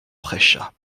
prêcha